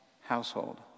household